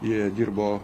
jie dirbo